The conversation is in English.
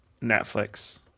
Netflix